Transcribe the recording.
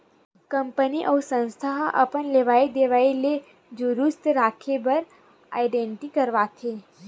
company अउ संस्था ह अपन लेवई देवई ल दुरूस्त राखे बर आडिट करवाथे